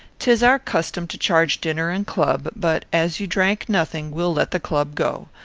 tis our custom to charge dinner and club but, as you drank nothing, we'll let the club go.